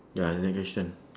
ya another question